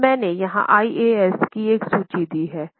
अब मैंने यहाँ IAS की एक सूची दी है